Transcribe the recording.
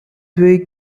way